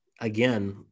Again